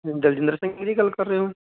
ਦਲਜਿੰਦਰ ਸਿੰਘ ਜੀ ਦੀ ਗੱਲ ਕਰ ਰਹੇ ਹੋ